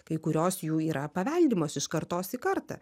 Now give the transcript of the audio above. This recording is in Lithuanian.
kai kurios jų yra paveldimos iš kartos į kartą